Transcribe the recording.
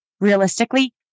realistically